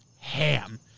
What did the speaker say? ham